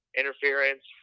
interference